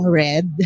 red